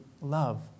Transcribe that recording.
love